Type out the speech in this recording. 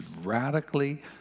radically